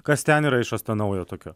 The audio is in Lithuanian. kas ten yra išrasta naujo tokio